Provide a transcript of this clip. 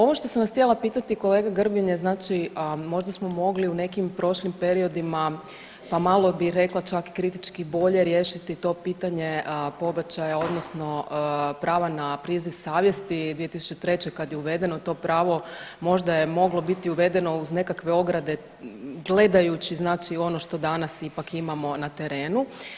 Ovo što sam vas htjela pitati kolega Grbin je znači možda smo mogli u nekim prošlim periodima pa malo bih rekla čak kritički bolje riješiti to pitanje pobačaja odnosno prava na priziv savjesti 2003. kad je uvedeno to pravo, možda je moglo biti uvedeno uz nekakve ograde gledajući znači ono što danas ipak imamo na terenu.